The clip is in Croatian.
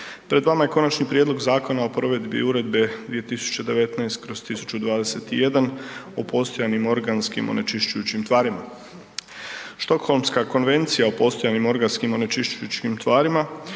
Pred vama je Konačni prijedlog Zakona o provedbi Uredbe 2019/1021 o postojanim organskim onečišćujućim tvarima. Štokholmska konvencija o postojanim organskim onečišćujućim tvarima